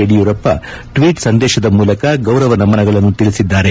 Yediyurappa tweet ಮೂಲಕ ಗೌರವ ನಮನಗಳನ್ನು ತಿಳಿಸಿದ್ದಾರೆ